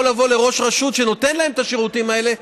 לבוא לראש רשות שנותן להם את השירותים האלה,